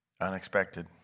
Unexpected